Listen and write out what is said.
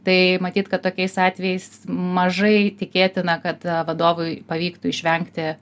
tai matyt kad tokiais atvejais mažai tikėtina kad vadovui pavyktų išvengti